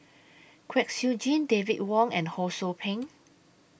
Kwek Siew Jin David Wong and Ho SOU Ping